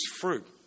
fruit